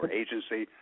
agency